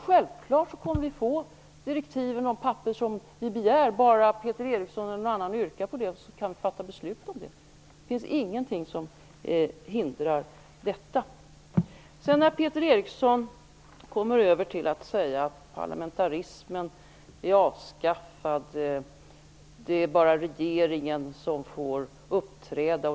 Självfallet kommer vi att få direktiven och de papper som vi begär om bara Peter Eriksson eller någon annan yrkar på det så att utskottet kan fatta beslut om det. Det finns ingenting som hindrar detta. Sedan säger Peter Eriksson att parlamentarismen är avskaffad. Det är bara regeringen som får uppträda.